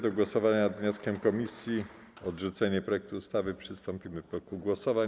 Do głosowania nad wnioskiem komisji o odrzucenie projektu ustawy przystąpimy w toku głosowań.